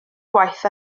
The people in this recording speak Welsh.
gwaith